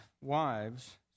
wives